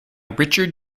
richard